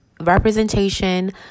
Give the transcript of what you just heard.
representation